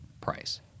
price